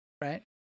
right